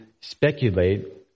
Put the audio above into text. speculate